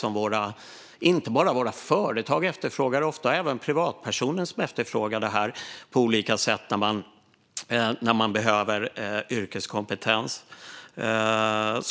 Det är inte bara våra företag utan ofta även privatpersoner som efterfrågar yrkeskompetens på olika sätt när de behöver den.